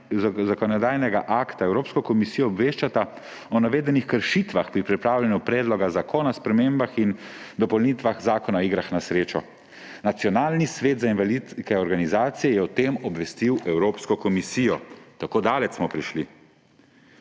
zakonodajnega akta Evropsko komisijo obveščata o navedenih kršitvah pri pripravljanju Predloga zakona o spremembah in dopolnitvah Zakona o igrah na srečo.« Nacionalni svet invalidskih organizacij Slovenije je o tem obvestil Evropsko komisijo, tako daleč smo prišli.